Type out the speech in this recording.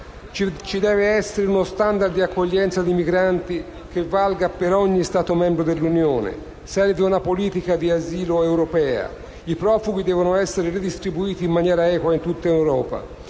Ci deve essere uno *standard* di accoglienza di migranti che valga per ogni Stato membro dell'Unione e serve una politica di asilo europea. I profughi devono essere redistribuiti in maniera equa in tutta Europa.